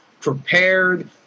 prepared